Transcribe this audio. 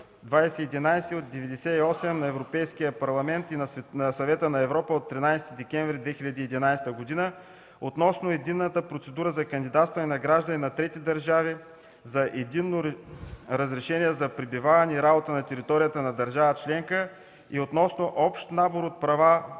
от 1998 г. на Европейския парламент и на Съвета на Европа от 13 декември 2011 г. относно единната процедура за кандидатстване на граждани на трети държави за единно разрешение за пребиваване и работа на територията на държава членка и относно общ набор от права